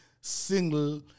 single